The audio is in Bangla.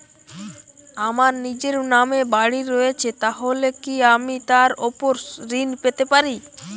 আমার নিজের নামে বাড়ী রয়েছে তাহলে কি আমি তার ওপর ঋণ পেতে পারি?